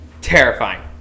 terrifying